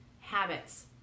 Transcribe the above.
habits